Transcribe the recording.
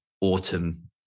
autumn